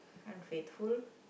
unfaithful